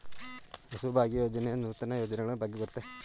ಹಸುಭಾಗ್ಯ ಯೋಜನೆಯ ನೂತನ ಯೋಜನೆಗಳ ಬಗ್ಗೆ ಗೊತ್ತೇ?